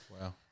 Wow